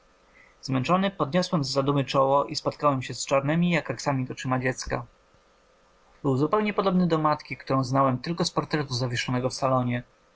zmęczony podniosłem z zadumy czoło i spotkałem się z czarnemi jak aksamit oczyma dziecka był zupełnie podobny do matki którą znałem tylko z portretu zawieszonego w salonie